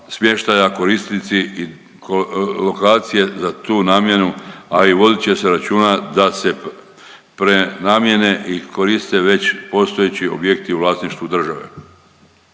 smještaja, korisnici i lokacije za tu namjenu, a i vodit će se računa da se prenamjene i koriste već postojeći objekti u vlasništvu države.